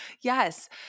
Yes